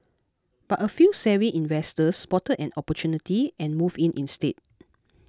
but a few savvy investors spotted an opportunity and moved in instead